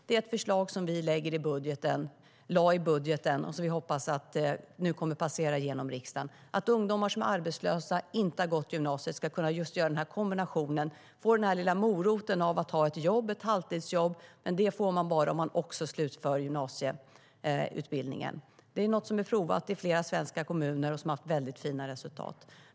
Det är ett förslag som vi lade fram i budgeten och som vi nu hoppas kommer att passera genom riksdagen. Det handlar om att ungdomar som är arbetslösa och som inte har gått ut gymnasiet ska kunna göra den här kombinationen och få den här lilla moroten av att ha ett jobb, ett halvtidsjobb. Men det får man bara om man också slutför gymnasieutbildningen. Det är något som har provats i flera svenska kommuner och som har haft väldigt fina resultat.